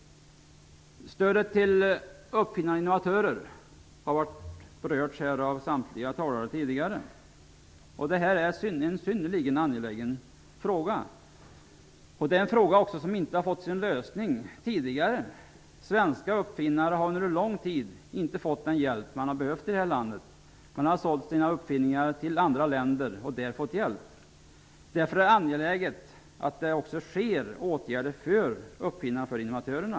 Stödet till uppfinnare och innovatörer har berörts av samtliga talare. Det är en synnerligen angelägen fråga. Det är en fråga som inte har fått sin lösning tidigare. Svenska uppfinnare har under lång tid inte fått den hjälp de har behövt i det här landet. De har sålt sina uppfinningar till andra länder och där fått hjälp. Därför är det angeläget att det också vidtas åtgärder för uppfinnare och innovatörer.